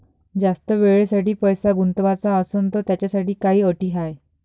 जास्त वेळेसाठी पैसा गुंतवाचा असनं त त्याच्यासाठी काही अटी हाय?